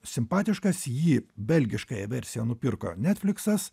simpatiškas jį belgiškąją versiją nupirko netfliksas